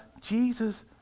Jesus